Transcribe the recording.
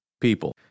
people